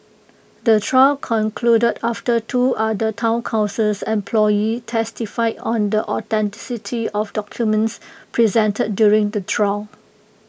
the trial concluded after two other Town councils employees testified on the authenticity of documents presented during the trial